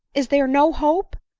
is there no hope?